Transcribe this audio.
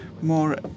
more